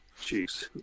jeez